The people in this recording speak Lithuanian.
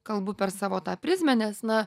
kalbu per savo tą prizmę nes na